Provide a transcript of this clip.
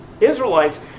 Israelites